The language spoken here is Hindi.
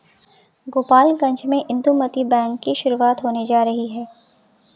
गोपालगंज में इंदुमती बैंक की शुरुआत होने जा रही है